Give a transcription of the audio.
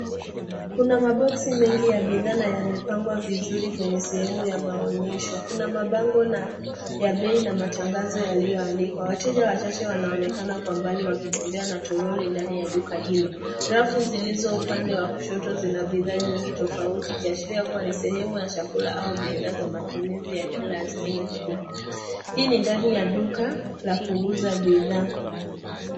Kuna maboxi mengi ya bidhaa na yamepangwa vizuri kwenye sehemu ya maonyesho. Kuna mabango ya matangazo ya bei yaliyoandikwa. Wateja wanaonekana kwa mbali wakitembea na troli ndani ya duka hilo. Rafu zilizo upande wa kushoto zina bidhaa tofauti ikiashiria ni sehemu ya chakula au bidhaa za matumizi ya kila siku hii ni ndani ya duka la kuuza bidhaa.